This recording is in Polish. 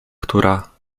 która